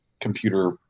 computer